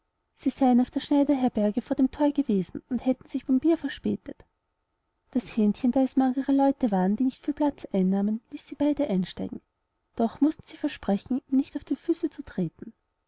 sie seyen auf der schneiderherberge vor dem thor gewesen und hätten sich beim bier verspätet das hähnchen da es magere leute waren die nicht viel platz einnahmen ließ sie beide einsteigen doch mußten sie versprechen ihm nicht auf die füße zu treten